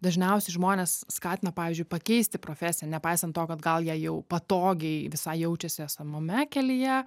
dažniausiai žmones skatina pavyzdžiui pakeisti profesiją nepaisan to kad gal jie jau patogiai visai jaučiasi esamame kelyje